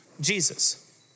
Jesus